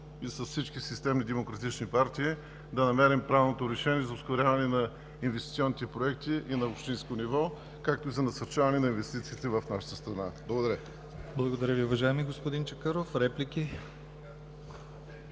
и с всички системни демократични партии да намерим правилното решение за ускоряване на инвестиционните проекти, и на общинско ниво, както и за насърчаване на инвестициите в нашата страна. Благодаря Ви. ПРЕДСЕДАТЕЛ ДИМИТЪР